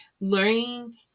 learning